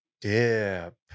DIP